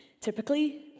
typically